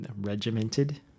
regimented